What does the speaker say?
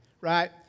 Right